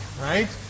right